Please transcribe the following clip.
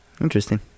interesting